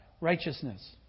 Righteousness